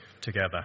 together